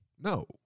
no